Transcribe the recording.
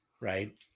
right